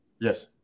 Yes